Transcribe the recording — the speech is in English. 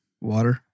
Water